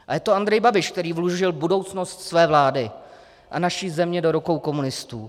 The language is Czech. A je to Andrej Babiš, který vložil budoucnost své vlády a naší země do rukou komunistů.